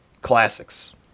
classics